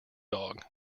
dog